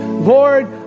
Lord